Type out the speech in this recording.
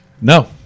No